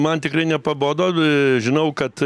man tikrai nepabodo aa žinau kad